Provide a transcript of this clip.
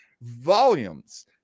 volumes